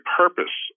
purpose